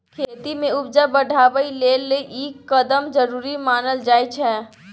खेती में उपजा बढ़ाबइ लेल ई कदम जरूरी मानल जाइ छै